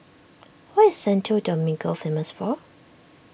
what is Santo Domingo famous for